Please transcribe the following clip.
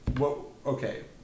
Okay